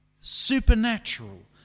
supernatural